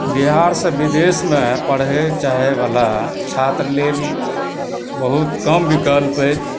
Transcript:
बिहारसँ विदेशमे पढ़य चाहयवला छात्र लेल बहुत कम विकल्प अछि